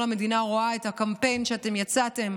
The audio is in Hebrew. כל המדינה רואה את הקמפיין שאיתו יצאתם,